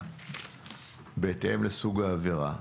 בהתאם לסוג העבירה.